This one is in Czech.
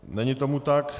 Není tomu tak.